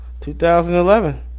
2011